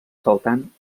saltant